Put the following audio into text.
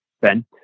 Ben